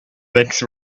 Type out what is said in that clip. next